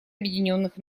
объединенных